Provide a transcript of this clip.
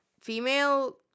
female